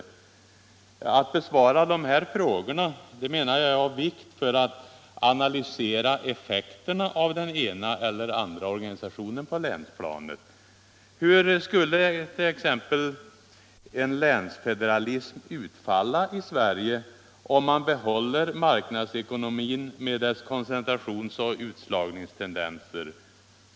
Det är, enligt min mening, av vikt att besvara de här frågorna för att man skall kunna analysera effekterna av den ena eller andra organisationen på länsplanet. Hur skullet.ex. en länsfederalism utfalla i Sverige, om man behöll marknadsekonomin med dess koncentrationsoch utslagningstendenser?